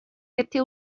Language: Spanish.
este